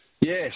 Yes